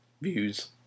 views